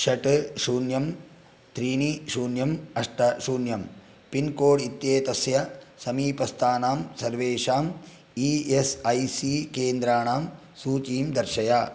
षट् शून्यं त्रीणि शून्यम् अष्ट शून्यं पिन्कोड् इत्येतस्य समीपस्थानान् सर्वेषान् ई एस् ऐ सी केन्द्राणां सूचीं दर्शय